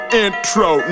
intro